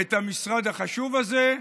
את המשרד החשוב הזה.